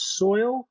soil